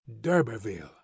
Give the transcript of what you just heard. D'Urberville